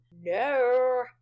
No